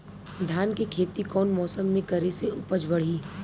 धान के खेती कौन मौसम में करे से उपज बढ़ी?